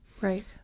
right